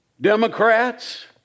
Democrats